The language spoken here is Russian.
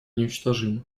неуничтожимы